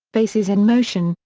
faces in motion,